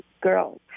girls